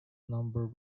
number